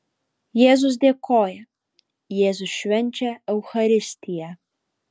jėzus dėkoja jėzus švenčia eucharistiją